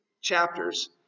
chapters